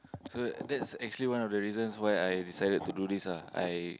so that's actually one of the reasons why i decided to do this ah I